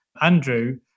Andrew